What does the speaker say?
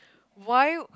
why